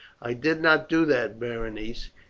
i did not do that, berenice.